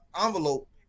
envelope